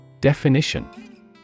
Definition